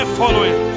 following